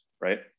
Right